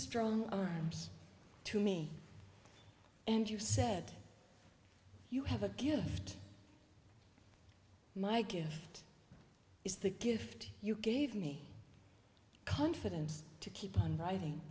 strong arms to me and you said you have a gift my gift is the gift you gave me confidence to keep on writing